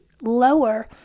lower